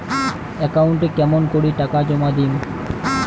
একাউন্টে কেমন করি টাকা জমা দিম?